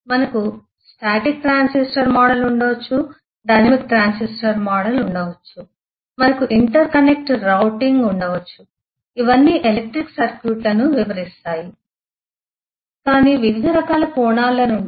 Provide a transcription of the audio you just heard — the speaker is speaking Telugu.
మనకు static transistor model Static transistor model ఉండవచ్చు మనకు డైనమిక్ ట్రాన్సిస్టర్ మోడల్ ఉండవచ్చు మనకు ఇంటర్కనెక్ట్ రూటింగ్ ఉండవచ్చు ఇవన్నీ ఎలక్ట్రికల్ సర్క్యూట్లను వివరిస్తాయి కాని వివిధ రకాల కోణాలనుండి